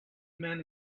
men